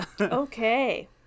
Okay